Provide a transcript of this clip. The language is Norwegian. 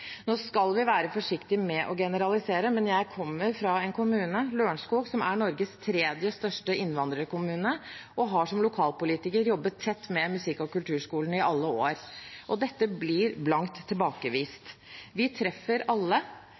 Nå skal vi være forsiktige med å generalisere, men jeg kommer fra en kommune, Lørenskog, som er Norges tredje største innvandrerkommune, og har som lokalpolitiker jobbet tett med musikk- og kulturskolen i alle år. Dette blir blankt tilbakevist. Vi treffer alle.